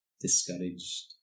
discouraged